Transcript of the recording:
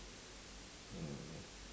mm